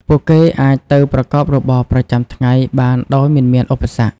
ពួកគេអាចទៅប្រកបរបរប្រចាំថ្ងៃបានដោយមិនមានឧបសគ្គ។